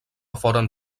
foren